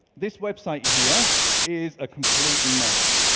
this website here is a complete mess.